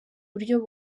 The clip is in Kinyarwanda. buryo